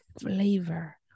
flavor